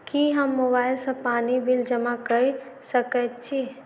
की हम मोबाइल सँ पानि बिल जमा कऽ सकैत छी?